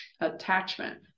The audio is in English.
attachment